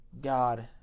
God